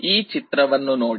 ಈ ಚಿತ್ರವನ್ನು ನೋಡಿ